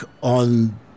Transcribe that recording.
on